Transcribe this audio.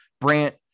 Brant